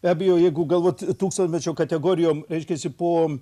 be abejo jeigu galvot tūkstantmečio kategorijom reiškiasi po